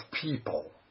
people